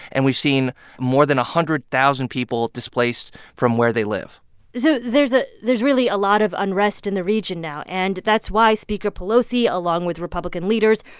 and we've seen more than one hundred thousand people displaced from where they live so there's a there's really a lot of unrest in the region now, and that's why speaker pelosi, along with republican leaders,